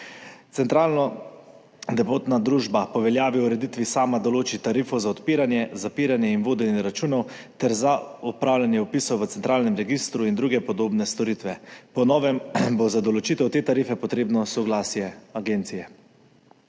Centralna depotna družba po veljavni ureditvi sama določi tarifo za odpiranje, zapiranje in vodenje računov ter za opravljanje vpisov v centralnem registru in druge podobne storitve. Po novem bo za določitev te tarife potrebno soglasje agencije.